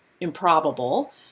improbable